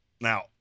Now